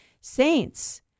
saints